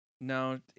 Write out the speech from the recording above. no